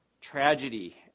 tragedy